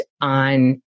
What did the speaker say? on